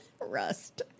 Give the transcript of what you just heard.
Rust